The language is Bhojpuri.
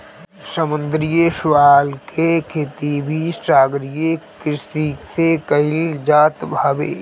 समुंदरी शैवाल के खेती भी सागरीय कृषि में कईल जात हवे